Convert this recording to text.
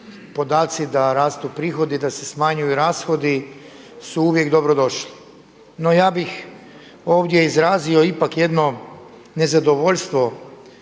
podaci da rastu prihodi, da se smanjuju rashodi su uvijek dobro došli. No, ja bih ovdje izrazio ipak jedno nezadovoljstvo